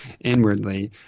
inwardly